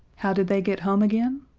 how did they get home again?